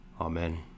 Amen